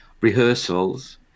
rehearsals